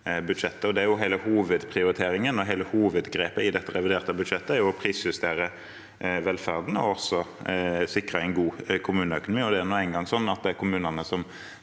Hele hovedprioriteringen og hele hovedgrepet i dette reviderte budsjettet er å prisjustere velferden og også sikre en god kommuneøkonomi. Det er nå engang slik at det er kommunene som